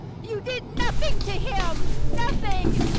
you did nothing to him. nothing.